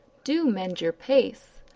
do mend your pace,